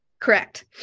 Correct